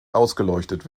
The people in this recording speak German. ausgeleuchtet